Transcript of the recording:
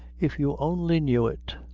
if you only knew it.